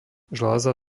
žľaza